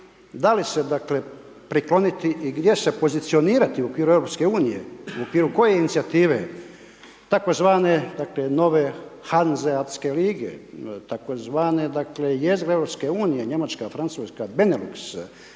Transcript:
da li se dakle prikloniti i gdje se pozicionirati u okviru EU, u okviru koje inicijative tzv. dakle nove Hanzeatske lige, tzv. dakle jezgre EU Njemačka, Francuska, Benelux,